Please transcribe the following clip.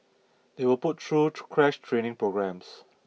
they were put through crash training programmes